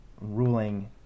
ruling